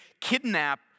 kidnap